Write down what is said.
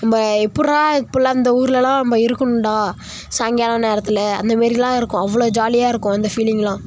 நம்ப எப்பிட்றா இப்டில்லாம் இந்த ஊர்லெலாம் நம்ப இருக்கணும்டா சாயங்கால நேரத்தில் அந்தமாரிலாம் இருக்கும் அவ்வளோ ஜாலியாக இருக்கும் அந்த ஃபீலிங்கெலாம்